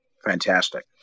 Fantastic